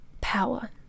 power